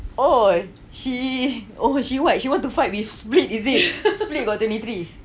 !oi! oh she what she wants to fight with split is it split got twenty three